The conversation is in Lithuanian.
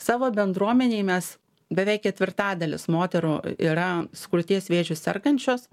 savo bendruomenėj mes beveik ketvirtadalis moterų yra su krūties vėžiu sergančios